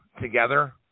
together